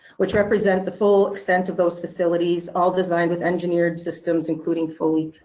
which represent the full extent of those facilities, all designed with engineered systems including fully,